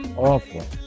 Awful